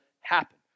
happen